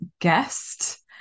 guest